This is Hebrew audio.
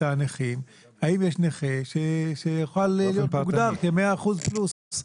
הנכים האם יש נכה שיוכל להיות מוגדר כ-100% פלוס.